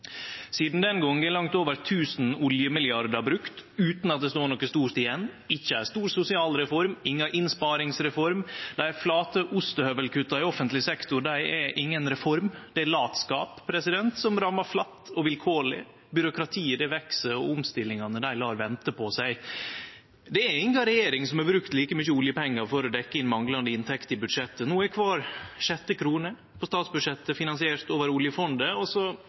Sidan den gongen har ein brukt langt over tusen oljemilliardar utan at det står noko stort igjen, ikkje ei stor sosial reform, inga innsparingsreform. Dei flate ostehøvelkutta i offentleg sektor er inga reform. Det er latskap som rammar flatt og vilkårleg. Byråkratiet veks, og omstillingane lar vente på seg. Det er inga regjering som har brukt like mykje oljepengar for å dekkje inn manglande inntekter i budsjettet. No er kvar sjette krone på statsbudsjettet finansiert over oljefondet, og